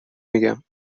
میگم